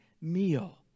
meal